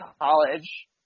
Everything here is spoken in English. College